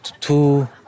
two